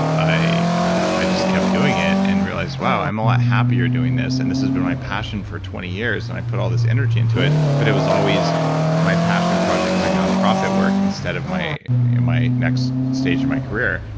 i i just kept doing it, and realized wow, i'm a lot happier doing this, and this has been my passion for twenty years and i put all this energy into it. but it was always my passion project, my nonprofit work instead of my my next stage of my career.